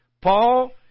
Paul